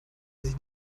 sich